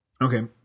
Okay